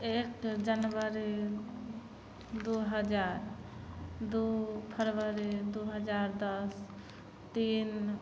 एक जनवरी दुइ हजार दुइ फरवरी दुइ हजार दस तीन